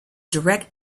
direct